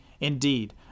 Indeed